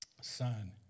son